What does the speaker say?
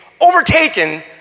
overtaken